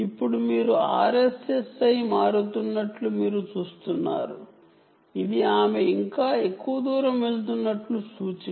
ఇప్పుడు మీరు RSSI మారుతున్నట్లు మీరు చూస్తున్నారు ఇది ఆమె ఇంకా ఎక్కువ దూరం వెళుతున్నట్లు సూచిక